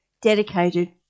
dedicated